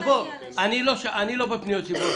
אני עכשיו שלא בפניות ציבור.